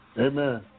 Amen